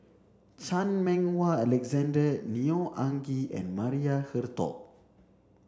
Chan Meng Wah Alexander Neo Anngee and Maria Hertogh